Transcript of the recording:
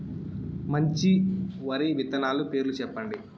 మంచి వరి విత్తనాలు పేర్లు చెప్పండి?